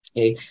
Okay